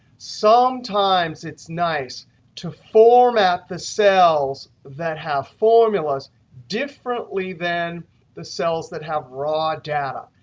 sometimes, it's nice to format the cells that have formulas differently than the cells that have raw data.